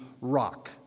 rock